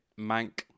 Mank